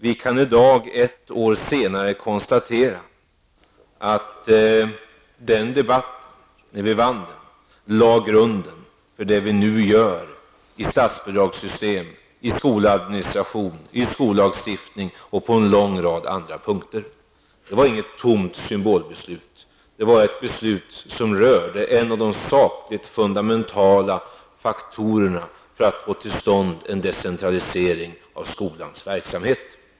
Vi kan i dag, ett år senare, konstatera att den debatten, när vi vunnit den, lade grunden för det vi nu gör i fråga om statsbidragssystem, skoladministration, skollagstiftning och på en lång rad andra punkter. Det var inget tomt symbolbeslut, utan det var ett beslut som rörde en av de sakligt fundamentala faktorerna för att få till stånd en decentralisering av skolans verksamhet.